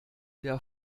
der